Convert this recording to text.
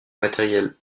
matériel